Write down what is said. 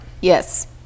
yes